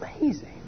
amazing